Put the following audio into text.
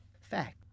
fact